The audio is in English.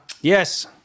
Yes